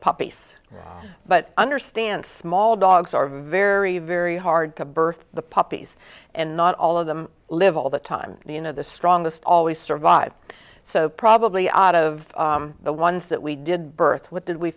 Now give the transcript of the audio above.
puppies but understand small dogs are very very hard to birth the pups and not all of them live all the time you know the strongest always survive so probably out of the ones that we did birth with did we